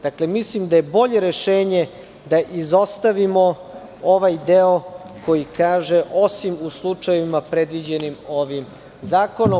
Dakle, mislim da je bolje rešenje da izostavimo ovaj deo koji kaže – osim u slučajevima predviđenim ovim zakonom.